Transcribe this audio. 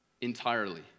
entirely